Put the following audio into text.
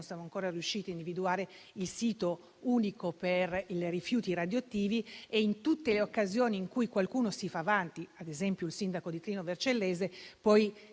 siamo ancora riusciti a individuare il sito unico per i rifiuti radioattivi e che, in tutte le occasioni in cui qualcuno si fa avanti, ad esempio il sindaco di Trino Vercellese, poi